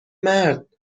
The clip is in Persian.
مرد